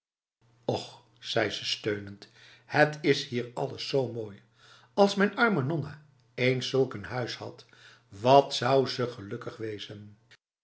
och zei ze steunend het is hier alles zo mooi als mijn arme nonna eens zulk een huis had wat zou ze gelukkig wezen